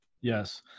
Yes